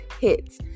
hits